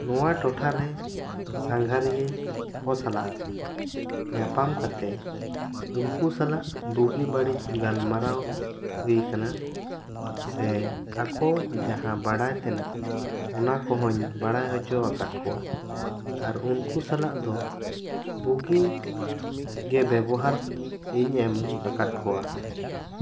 ᱱᱚᱣᱟ ᱴᱚᱴᱷᱟ ᱨᱮ ᱥᱟᱸᱜᱷᱟᱨᱤᱭᱟᱹ ᱠᱚ ᱥᱟᱞᱟᱜ ᱧᱟᱯᱟᱢ ᱠᱟᱛᱮ ᱩᱱᱠᱩ ᱥᱟᱞᱟᱜ ᱵᱩᱜᱤ ᱵᱟᱹᱲᱤᱡ ᱜᱟᱞᱢᱟᱨᱟᱣ ᱦᱩᱭ ᱟᱠᱟᱱᱟ ᱥᱮ ᱟᱠᱚ ᱡᱟᱦᱟᱸ ᱵᱟᱲᱟᱭ ᱛᱮᱱᱟᱜ ᱚᱱᱟ ᱠᱚᱦᱚᱸ ᱵᱟᱲᱟᱭ ᱚᱪᱚ ᱟᱠᱟᱫ ᱠᱚᱣᱟ ᱟᱨ ᱩᱱᱠᱩ ᱥᱟᱞᱟᱜ ᱫᱚ ᱵᱩᱜᱤ ᱜᱮ ᱵᱮᱵᱦᱟᱨ ᱤᱧ ᱮᱢ ᱟᱠᱟᱫ ᱠᱚᱣᱟ